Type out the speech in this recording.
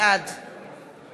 בעד